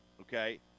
okay